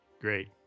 Great